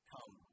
Come